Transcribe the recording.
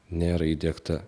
nėra įdiegta